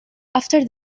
after